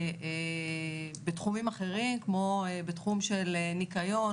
בתחומים אחרים כמו בתחום של ניקיון,